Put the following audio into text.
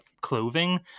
clothing